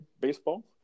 baseball